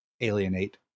alienate